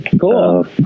Cool